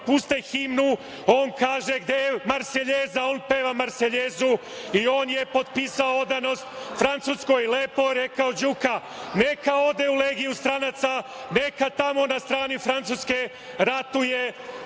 puste himnu on kaže – gde je Marseljeza. On peva Marseljezu. On je potpisao odanost Francuskoj. Lepo je rekao Đuka – neka ode u Legiju stranaca, neka tamo na strani Francuske ratuje,